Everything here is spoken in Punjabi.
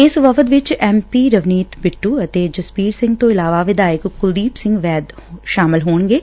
ਇਸ ਵਫ਼ਦ ਵਿਚ ਐਮ ਪੀ ਰਵਨੀਤ ਬਿੱਟੁ ਅਤੇ ਜਸਬੀਰ ਸਿੰਘ ਤੋਂ ਇਲਾਵਾ ਵਿਧਾਇਕ ਕੁਲਦੀਪ ਸਿੰਘ ਵੈਦ ਸ਼ਾਮਲ ਹੋਣਗੇ